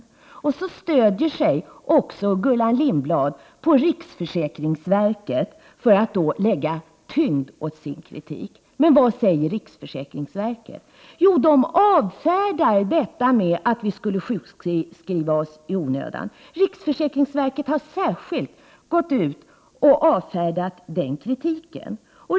Gullan Lindblad stödjer sig också på riksförsäkringsverket, för att ge riktig tyngd åt sin kritik. Men vad säger egentligen riksförsäkringsverket? Jo, man avfärdar påståendet att vi skulle sjukskriva oss i onödan. Riksförsäkringsverket har särskilt gått ut för att avfärda den kritiken.